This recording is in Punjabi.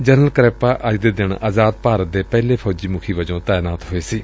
ਜਨਰਲ ਕਰਿਅੱਪਾ ਅੱਜ ਦੇ ਦਿਨ ਆਜ਼ਾਦ ਭਾਰਤ ਦੇ ਪਹਿਲੇ ਫੌਜੀ ਮੁਖੀ ਵਜੋਂ ਤਾਇਨਾਤ ਹੋਏ ਸਨ